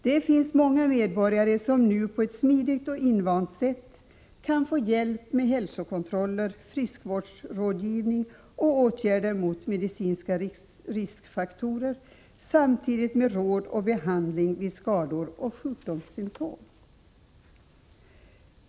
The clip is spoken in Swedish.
Det finns många medborgare som nu på ett smidigt och invant sätt kan få hjälp med hälsokontroller, friskvårdsrådgivning och åtgärder mot medicinska riskfaktorer samtidigt med råd och behandling vid skador och sjukdomssymtom.